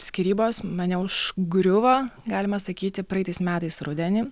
skyrybos mane užgriuvo galima sakyti praeitais metais rudenį